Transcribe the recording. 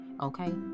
okay